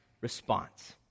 response